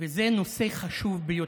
וזה נושא חשוב ביותר: